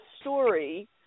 story